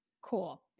Cool